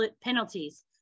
penalties